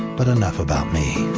but enough about me.